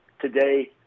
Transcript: today